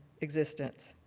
existence